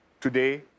Today